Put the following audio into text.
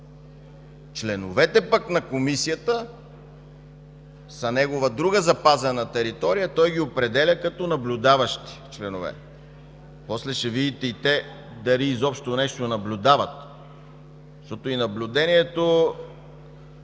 Членовете пък на Комисията са негова друга запазена територия, той ги определя като наблюдаващи членове. После ще видите и те дали изобщо нещо наблюдават, защото и наблюдението